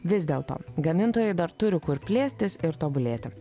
vis dėlto gamintojai dar turi kur plėstis ir tobulėti